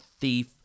thief